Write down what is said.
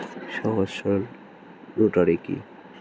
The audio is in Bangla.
সহজ সরল রোটারি কি?